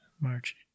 March